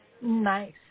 Nice